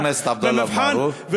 חבר הכנסת עבדאללה אבו מערוף.